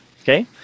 Okay